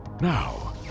Now